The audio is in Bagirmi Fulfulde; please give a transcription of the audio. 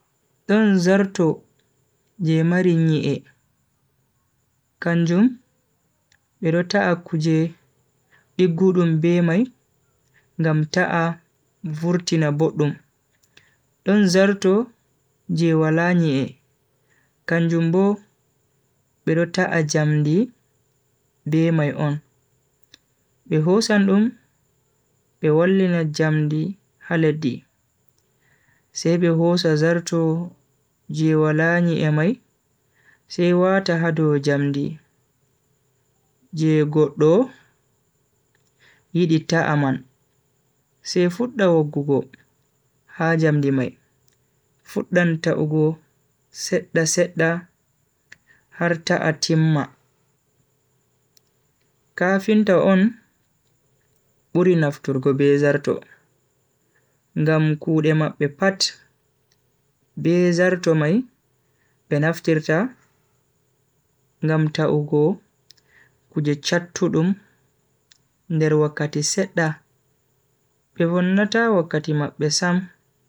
Don zartu je marinyi e. Kanjum, biro taa kuje igudum bima e, nga mtaa vurti na bodum. Don zartu je walani e. Kanjum bo, biro taa jamdi bima e on. Biho san um, biwallina jamdi hale di. Se biho sa zartu je walani e mai, se wata hadu jamdi. Je godoh. Yidi ta aman. Se futda wogugo, haja mdimai. Futdan ta ugo, setda setda, harta atimma. Kafin ta on, buri nafturgo bezarto. Nga mkudema pe pat, bezarto mai, penaftirta. Nga mta ugo, kuje chatudum, nder wakati setda. Pe vonata wakati makbesam.